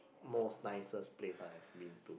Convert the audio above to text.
most nicest place I have been to